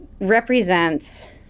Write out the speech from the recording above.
represents